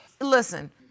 listen